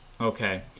Okay